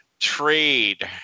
trade